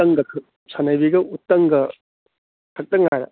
ꯁꯟꯅꯩꯕꯤꯒ ꯎꯇꯪꯒ ꯈꯛꯇ ꯉꯥꯏꯔꯦ